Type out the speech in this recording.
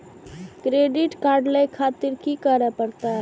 Credit card ले खातिर की करें परतें?